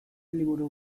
liburu